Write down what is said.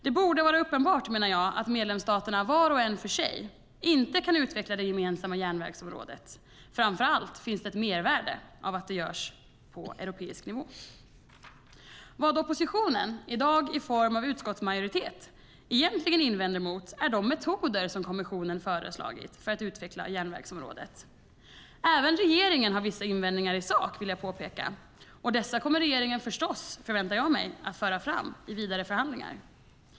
Det borde vara uppenbart, menar jag, att medlemsstaterna var och en för sig inte kan utveckla det gemensamma järnvägsområdet, framför allt finns det ett mervärde av att det görs på europeisk nivå. Vad oppositionen i dag i form av utskottsmajoriteten egentligen invänder emot är de metoder kommissionen föreslagit för att utveckla järnvägsområdet. Även regeringen har vissa invändningar i sak, vill jag påpeka, och dessa kommer regeringen förstås, förväntar jag mig, att föra fram i vidare förhandlingar.